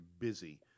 busy